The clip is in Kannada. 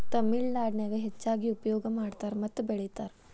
ತಮಿಳನಾಡಿನ್ಯಾಗ ಹೆಚ್ಚಾಗಿ ಉಪಯೋಗ ಮಾಡತಾರ ಮತ್ತ ಬೆಳಿತಾರ